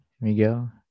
Miguel